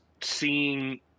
seeing